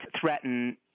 threaten